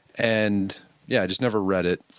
and yeah, i just never read it,